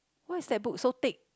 why is that book so thick